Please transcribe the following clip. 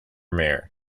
meyer